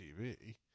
TV